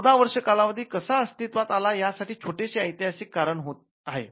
१४ वर्ष कालावधी कसा अस्तित्वात आला या साठी छोटेसे ऐतिहासिक स्पष्टीकरण आहे